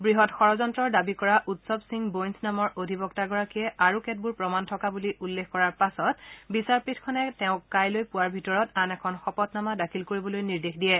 বৃহৎ ষড়্যন্ত্ৰৰ দাবী কৰা উৎসৱ সিং বৈন্দ নামৰ অধিবক্তাগৰাকীয়ে আৰু কেতবোৰ প্ৰমাণ থকা বুলি উল্লেখ কৰাৰ পাছত বিচাৰপীঠখনে তেওঁক কাইলৈ পূৱাৰ ভিতৰত আন এখন শপতনামা দাখিল কৰিবলৈ নিৰ্দেশ দিয়ে